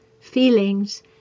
feelings